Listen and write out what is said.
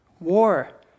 War